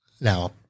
now